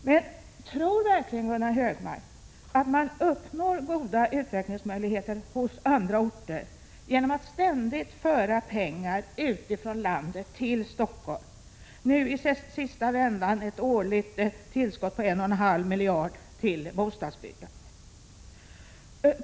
Men tror verkligen Gunnar Hökmark att man uppnår goda utvecklingsmöjligheter på andra orter genom att ständigt föra pengar utifrån landet till Stockholm? I senaste vändan gäller det ett årligt tillskott på 1,5 miljarder till bostadsbyggande.